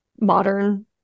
modern